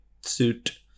suit